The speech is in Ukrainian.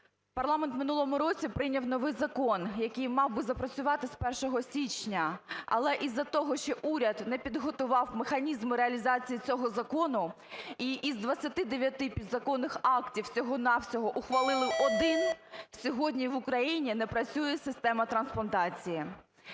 Парламент в минулому році прийняв новий закон, який мав би запрацювати з 1 січня, але із-за того, що уряд не підготував механізми реалізації цього закону і із 29 підзаконних актів всього-на-всього ухвалили один, сьогодні в Україні не працює система трансплантації.